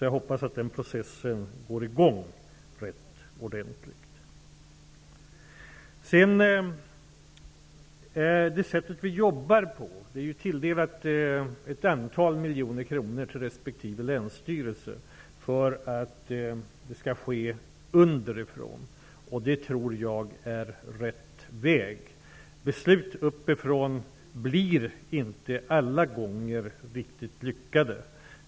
Jag hoppas den processen går i gång ordentligt. Vad gäller det sätt på vilket vi arbetar vill jag säga att respektive länsstyrelser har tilldelats ett antal miljoner kronor för att besluten skall komma underifrån, och jag tror att det är rätt väg. Beslut uppifrån blir inte alla gånger riktigt lyckade.